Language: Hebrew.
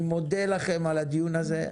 אני מודה לכם על הדיון הזה.